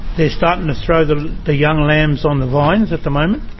they're starting to through the the young yams on the vines at the moment,